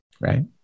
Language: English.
Right